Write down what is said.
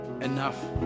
enough